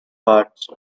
hearts